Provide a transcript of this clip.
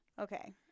Okay